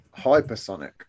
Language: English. hypersonic